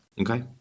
Okay